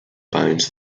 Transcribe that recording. binds